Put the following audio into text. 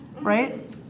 right